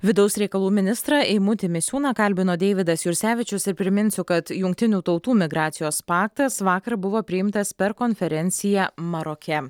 vidaus reikalų ministrą eimutį misiūną kalbino deividas jursevičius ir priminsiu kad jungtinių tautų migracijos paktas vakar buvo priimtas per konferenciją maroke